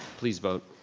please vote.